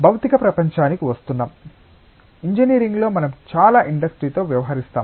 భౌతిక ప్రపంచానికి వస్తున్నాం ఇంజనీరింగ్లో మనం చాలా ఇండస్ట్రీస్ తో వ్యవహరిస్తాం